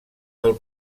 del